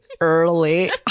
early